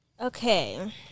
Okay